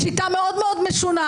שמשבטים שופטים,